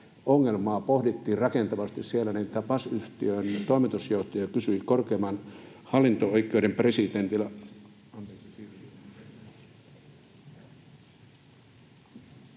ongelmaa pohdittiin rakentavasti, niin BASF-yhtiön toimitusjohtaja kysyi korkeimman hallinto-oikeuden presidentiltä…